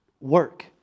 work